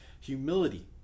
humility